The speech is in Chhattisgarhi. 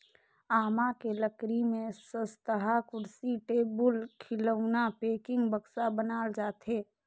आमा के लकरी में सस्तहा कुरसी, टेबुल, खिलउना, पेकिंग, बक्सा बनाल जाथे